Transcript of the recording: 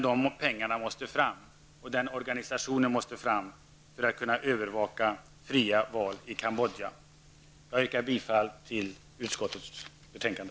Dessa pengar måste anslås och en organisation skapas för att man skall kunna övervaka fria val i Kambodja. Jag yrkar bifall till hemställan i utskottets betänkande.